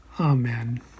Amen